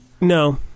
no